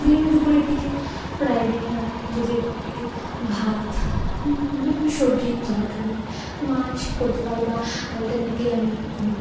যেখানে দুপুরের দিকে প্রায় দিনই আমি হচ্ছে যে একটু ভাত দুপুরে সবজির তরকারি মাছ করতে পারি বা অল্টারনেটলি আমি কোনও